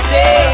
Say